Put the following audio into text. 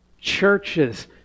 churches